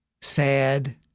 sad